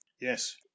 Yes